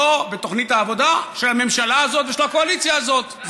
בתוכנית העבודה של הממשלה הזאת ושל הקואליציה הזאת,